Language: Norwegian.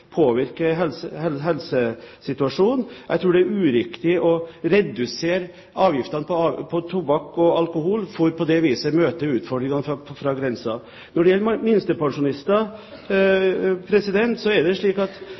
helsesituasjonen. Jeg tror det er uriktig å redusere avgiftene på tobakk og alkohol for på det viset å møte utfordringene fra grensehandelen. Når det gjelder minstepensjonister: De gangene jeg har vært på grensen, har jeg sett en stor andel også av minstepensjonister, så